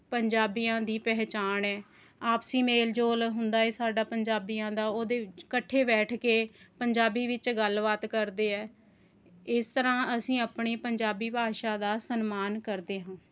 ਪੰਜਾਬੀਆਂ ਦੀ ਪਹਿਚਾਣ ਹੈ ਆਪਸੀ ਮੇਲ ਜੋਲ ਹੁੰਦਾ ਹੈ ਸਾਡਾ ਪੰਜਾਬੀਆਂ ਦਾ ਉਹਦੇ ਵਿੱਚ ਇਕੱਠੇ ਬੈਠ ਕੇ ਪੰਜਾਬੀ ਵਿੱਚ ਗੱਲਬਾਤ ਕਰਦੇ ਹੈ ਇਸ ਤਰ੍ਹਾਂ ਅਸੀਂ ਆਪਣੀ ਪੰਜਾਬੀ ਭਾਸ਼ਾ ਦਾ ਸਨਮਾਨ ਕਰਦੇ ਹਾਂ